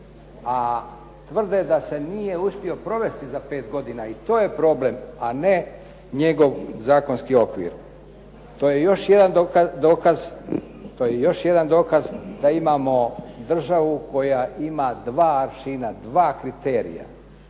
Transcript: a tvrde da se nije uspio provesti za 5 godina, i to je problem, a ne njegov zakonski okvir. To je još jedan dokaz da imamo državu koja ima dva aršina, dva kriterija.